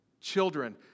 Children